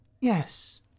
Yes